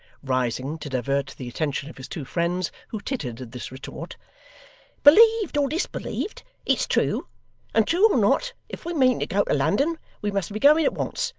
rising, to divert the attention of his two friends, who tittered at this retort believed or disbelieved, it's true and true or not, if we mean to go to london, we must be going at once.